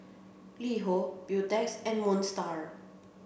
LiHo Beautex and Moon Star